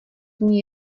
zní